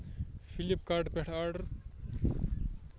فِلِپ کاٹ پٮ۪ٹھ آردڑ